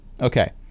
Okay